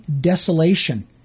desolation